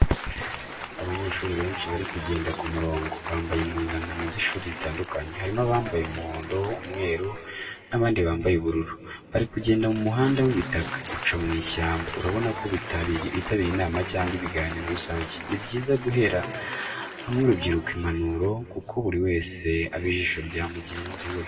Abanyeshuri benshi bari kugenda ku murongo, bambaye impuzankano z’ishuri zitandukanye, harimo abambaye umuhondo, umweru n'abandi bambaye ubururu. Bari kugenda mu muhanda w'ibitaka uca mu ishyamba, urabona ko bitabiriye inama cyangwa ibiganiro rusange. Ni byiza guhera hamwe urubyiruko impanuro, kuko buri wese aba ijisho rya mugenzi we.